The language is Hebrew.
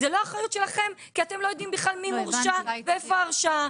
זה לא אחריות שלכם כי אתם לא יודעים בכלל מי מורשע ואיפה ההרשעה.